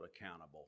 accountable